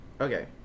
Okay